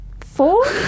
Four